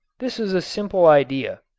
this is a simple idea.